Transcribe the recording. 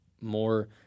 more